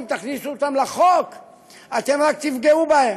אם תכניסו אותם לחוק אתם רק תפגעו בהם.